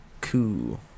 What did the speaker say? cool